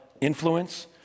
influence